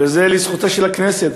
וזה לזכותה של הכנסת,